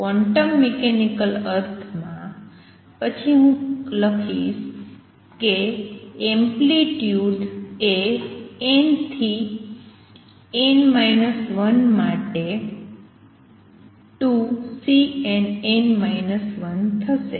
quantum mechanical અર્થમાં પછી હું લખીશ કે એમ્પ્લિટ્યુડ એ n થી n 1 માટે 2Cnn 1 થશે